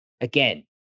Again